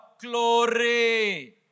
Glory